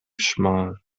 schmal